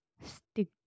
stick